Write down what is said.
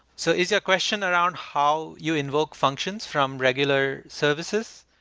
so is your question around how you invoke functions from regular services?